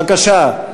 בבקשה.